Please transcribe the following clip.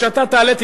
כשאתה תעלה,